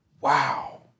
Wow